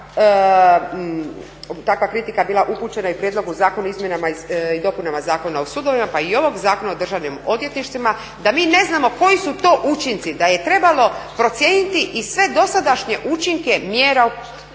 takva kritika bila upućena i prijedlogu zakonu izmjenama i dopunama Zakona o sudovima pa i ovog Zakona o državnim odvjetništvima da mi ne znamo koji su to učinci, da je trebalo procijeniti i sve dosadašnje učinke mjera koje